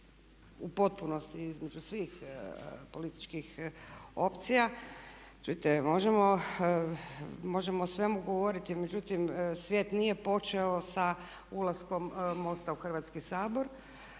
u potpunosti između svih političkih opcija čujte možemo o svemu govoriti međutim svijet nije počeo sa ulaskom MOST-a u Hrvatski sabor